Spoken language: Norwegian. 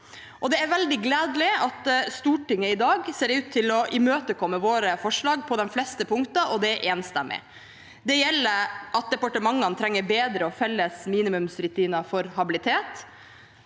det er veldig gledelig at Stortinget i dag ser ut til å imøtekomme våre forslag på de fleste punkter – og det enstemmig. Det gjelder – at departementene trenger bedre og felles minimumsrutiner for habilitet